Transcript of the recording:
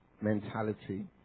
mentality